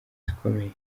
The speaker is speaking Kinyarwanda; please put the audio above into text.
zikomeye